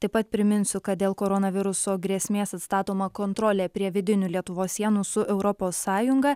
taip pat priminsiu kad dėl koronaviruso grėsmės atstatoma kontrolė prie vidinių lietuvos sienų su europos sąjunga